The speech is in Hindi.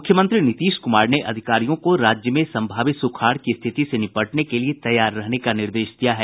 मुख्यमंत्री नीतीश कुमार ने अधिकारियों को राज्य में संभावित सुखाड़ की स्थिति से निपटने के लिए तैयार रहने का निर्देश दिया है